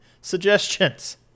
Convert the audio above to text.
suggestions